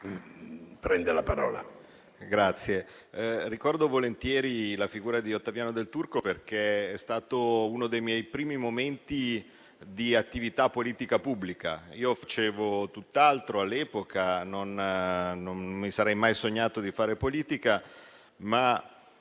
ricordo volentieri la figura di Ottaviano Del Turco, perché è stato uno dei miei primi momenti di attività politica pubblica. Facevo tutt'altro all'epoca e non mi sarei mai sognato di fare politica, ma